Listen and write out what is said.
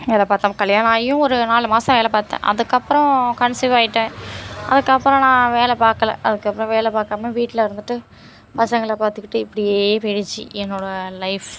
வேலை பார்த்தேன் கல்யாணம் ஆகியும் ஒரு நாலு மாதம் வேலை பார்த்தேன் அதுக்கப்பறம் கன்சீவ் ஆகிட்டேன் அதுக்கப்புறம் நான் வேலை பார்க்கல அதுக்கப்புறம் வேலை பார்க்காம வீட்டில் இருந்துட்டு பசங்களை பார்த்துக்கிட்டு இப்படியே போய்டுச்சு என்னோடய லைஃப்